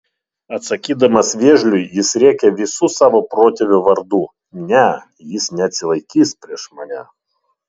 atsakydamas vėžliui jis rėkia visų savo protėvių vardu ne jis neatsilaikys prieš mane